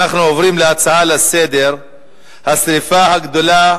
אנחנו עוברים להצעה לסדר-היום מס' 4965: השרפה הגדולה